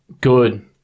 Good